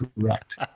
correct